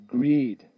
Greed